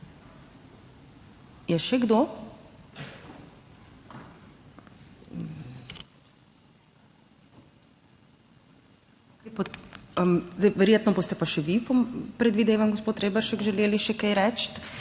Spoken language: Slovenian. Je še kdo? Verjetno boste pa še vi, predvidevam, gospod Reberšek, želeli še kaj reči,